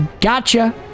gotcha